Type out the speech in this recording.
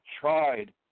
tried